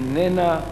איננה.